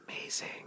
amazing